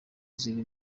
ziri